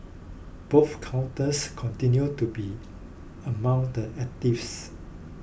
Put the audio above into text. both counters continued to be among the actives